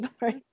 right